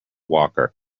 walker